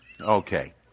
Okay